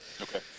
Okay